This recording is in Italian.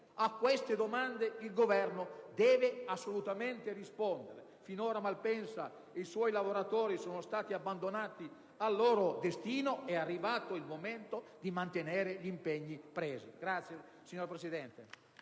A queste domande il Governo deve assolutamente rispondere. Finora, Malpensa e i suoi lavoratori sono stati abbandonati al loro destino. È arrivato il momento di mantenere gli impegni presi.